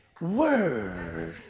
word